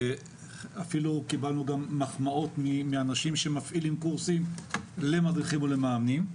ואפילו קיבלנו מחמאות מאנשים שמפעילים קורסים למדריכים ולמאמנים.